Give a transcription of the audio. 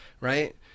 right